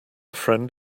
friend